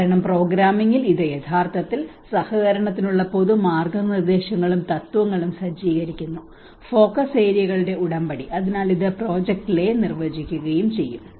കാരണം പ്രോഗ്രാമിംഗിൽ ഇത് യഥാർത്ഥത്തിൽ സഹകരണത്തിനുള്ള പൊതു മാർഗ്ഗനിർദ്ദേശങ്ങളും തത്വങ്ങളും സജ്ജീകരിക്കുന്നു ഫോക്കസ് ഏരിയകളുടെ ഉടമ്പടി അതിനാൽ ഇത് പ്രോജക്റ്റ് ലേ നിർവചിക്കുകയും ചെയ്യും